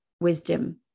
wisdom